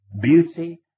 beauty